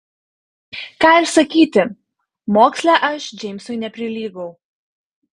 ką ir sakyti moksle aš džeimsui neprilygau